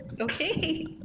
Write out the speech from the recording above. Okay